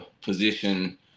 position